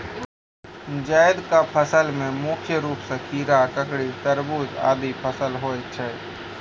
जैद क फसल मे मुख्य रूप सें खीरा, ककड़ी, तरबूज आदि फसल होय छै